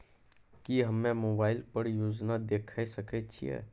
की हम्मे मोबाइल पर योजना देखय सकय छियै?